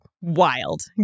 wild